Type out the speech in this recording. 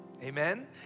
Amen